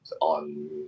on